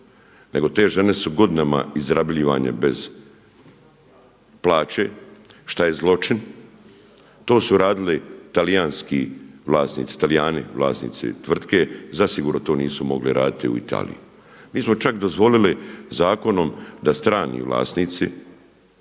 nego te žene su godinama izrabljivane bez plaće šta je zloćin. To su radili talijanski vlasnici, Talijani vlasnici tvrtke, zasigurno to nisu mogli raditi u Italiji. Mi smo čak dozvolili zakonom da strani vlasnici